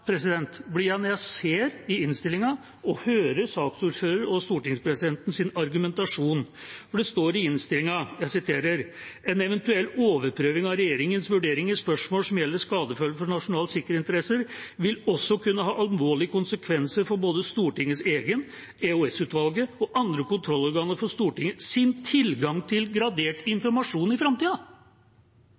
blir jeg når jeg ser i innstillinga og hører saksordførerens og stortingspresidentens argumentasjon. Det står i innstillinga – og jeg siterer: «En eventuell overprøving av regjeringens vurderinger i spørsmål som gjelder skadefølger for nasjonale sikkerhetsinteresser, vil også kunne ha alvorlige konsekvenser for både Stortingets egen, EOS-utvalgets og andre kontrollorganer for Stortinget sin tilgang til gradert informasjon i